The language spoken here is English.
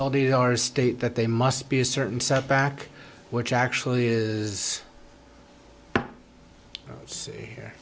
all these are state that they must be a certain set back which actually is see here